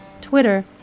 twitter